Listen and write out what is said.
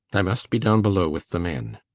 i must be down below with the men.